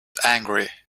angry